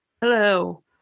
Hello